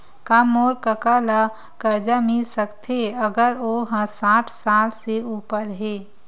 का मोर कका ला कर्जा मिल सकथे अगर ओ हा साठ साल से उपर हे?